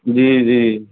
जी जी